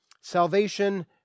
salvation